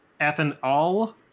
ethanol